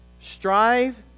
strive